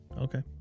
okay